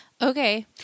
Okay